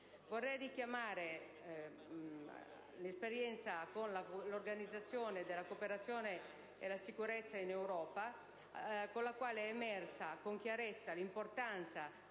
Vorrei richiamare la mia esperienza con l'Organizzazione della cooperazione e la sicurezza in Europa, dalla quale è emersa con chiarezza l'importanza